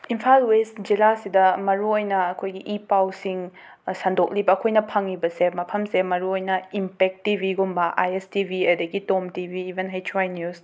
Imphal west ꯖꯤꯂꯥꯁꯤꯗ ꯃꯥꯔꯨꯑꯣꯏꯅ ꯑꯩꯈꯣꯏꯒꯤ ꯏ ꯄꯥꯎꯁꯤꯡ ꯁꯟꯗꯣꯛꯂꯤꯕ ꯑꯩꯈꯣꯏꯅ ꯐꯪꯉꯤꯕꯁꯦ ꯃꯐꯝꯁꯦ ꯃꯔꯨꯑꯣꯏꯅ ꯏꯝꯄꯦꯛ ꯇꯤ ꯕꯤꯒꯨꯝꯕ ꯑꯥꯏ ꯑꯦꯁ ꯇꯤ ꯕꯤ ꯑꯗꯒꯤ ꯇꯣꯝ ꯇꯤ ꯕꯤ ꯏꯕꯟ ꯍꯩꯆ ꯋꯥꯏ ꯅ꯭ꯌꯨꯁ